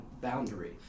boundary